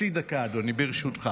חצי דקה, אדוני, ברשותך.